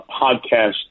podcast